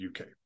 UK